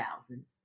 thousands